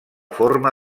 forma